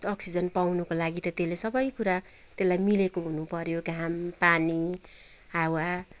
oxygen पाउनुको लागि त त्यसले सबै कुरा त्यसलाई मिलेको हुनुपऱ्यो घाम पानी हावा